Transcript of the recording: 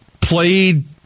Played